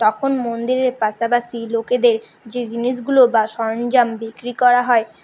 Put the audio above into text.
তখন মন্দিরের পাশাপাশি লোকেদের যে জিনিসগুলো বা সরঞ্জাম বিক্রি করা হয়